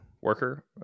worker